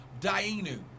Dainu